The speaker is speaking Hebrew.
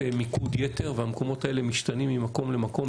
מיקוד יתר והמקומות האלה משתנים ממקום למקום,